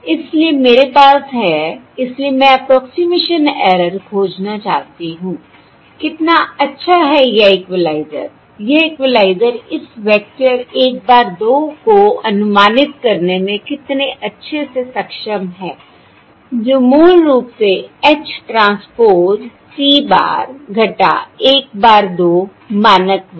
इसलिए मेरे पास है इसलिए मैं 'अप्रोक्सिमेशन ऐरर' 'approximation error' खोजना चाहती हूँ कितना अच्छा है यह इक्वलाइज़र यह इक्वलाइज़र इस वेक्टर 1 बार 2 को अनुमानित करने में कितने अच्छे से सक्षम है जो मूल रूप से H transpose c bar 1 bar 2 मानक वर्ग